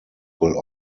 will